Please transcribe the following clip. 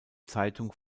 zeitung